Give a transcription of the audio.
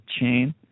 chain